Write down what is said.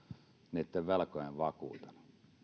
niitten velkojen vakuutena